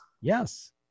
Yes